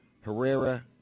Herrera